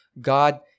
God